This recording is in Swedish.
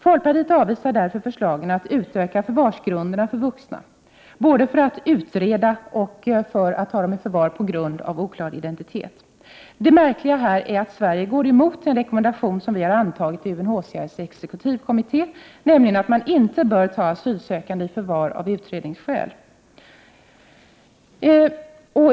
Folkpartiet avvisar därför förslagen att utöka förvarsgrunderna för vuxna, både för att utreda och för att ta dem i förvar på grund av oklar identitet. Det märkliga är att Sverige här går emot den rekommendation som vi antagit i UNHCR:s exekutivkommitté, nämligen att man inte bör ta asylsökande i förvar av utredningsskäl.